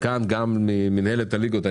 וכאן גם מינהלת הליגות,